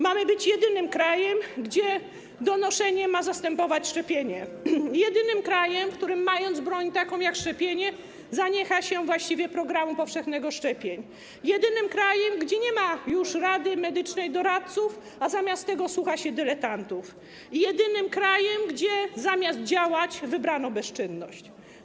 Mamy być jedynym krajem, gdzie donoszenie ma zastępować szczepienie, jedynym krajem, w którym mając broń taką jak szczepienie, właściwie zaniecha się programu powszechnego szczepień, jedynym krajem, gdzie nie ma już Rady Medycznej doradców, a zamiast tego słucha się dyletantów, jedynym krajem, gdzie zamiast działać, wybrano bezczynność.